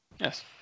Yes